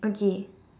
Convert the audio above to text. okay